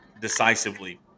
decisively